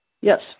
Yes